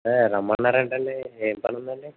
అదే రమ్మన్నారు అంట అండి ఏం పనుందండి